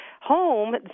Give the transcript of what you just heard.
home